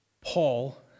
Paul